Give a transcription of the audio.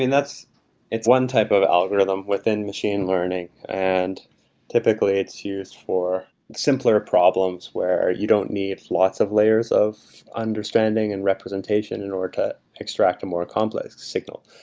and it's one type of algorithm within machine learning and typically it's used for simpler problems where you don't need lots of layers of understanding and representation in order to extract a more complex signal.